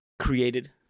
created